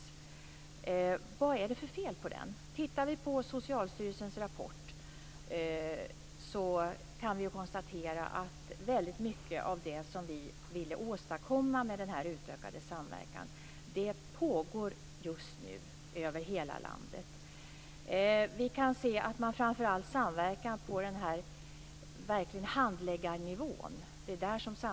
Vad är det för fel på den? Om vi tittar på Socialstyrelsens rapport kan vi konstatera att väldigt mycket av det som vi ville åstadkomma med denna utökade samverkan pågår just nu över hela landet. Vi kan se att man framför allt samverkar på handläggarnivån.